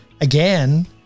again